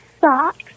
socks